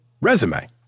resume